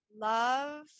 love